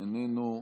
איננו,